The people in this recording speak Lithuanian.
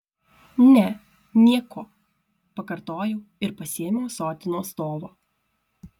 ne nieko pakartojau ir pasiėmiau ąsotį nuo stovo